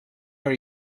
are